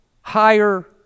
higher